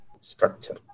structure